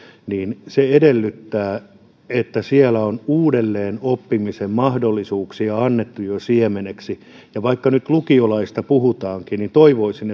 edellyttää että siellä on uudelleenoppimisen mahdollisuuksia annettu jo siemeneksi ja vaikka nyt lukiolaisista puhutaankin niin toivoisin